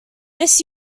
this